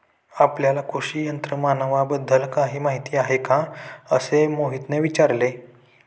आपल्याला कृषी यंत्रमानवाबद्दल काही माहिती आहे का असे मोहितने विचारले?